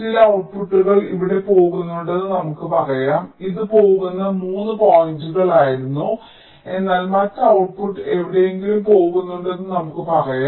ചില ഔട്ട്പുട്ടുകൾ ഇവിടെ പോകുന്നുണ്ടെന്ന് നമുക്ക് പറയാം ഇത് പോകുന്ന 3 പോയിന്റുകളായിരുന്നു എന്നാൽ മറ്റ് ഔട്ട്പുട്ട് എവിടെയെങ്കിലും പോകുന്നുണ്ടെന്ന് നമുക്ക് പറയാം